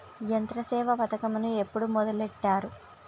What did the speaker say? యంత్రసేవ పథకమును ఎప్పుడు మొదలెట్టారు?